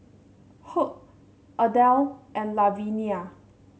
Hugh Adele and Lavinia